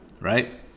right